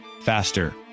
faster